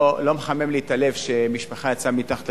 לא מחמם לי את הלב שמשפחה יצאה ממצב של